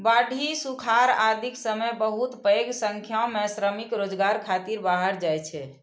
बाढ़ि, सुखाड़ आदिक समय बहुत पैघ संख्या मे श्रमिक रोजगार खातिर बाहर जाइ छै